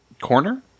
Corner